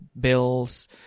bills